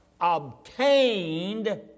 obtained